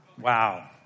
wow